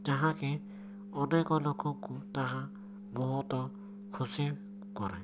ଯାହାକି ଅନେକ ଲୋକଙ୍କୁ ତାହା ବହୁତ ଖୁସି କରେ